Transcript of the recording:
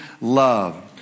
love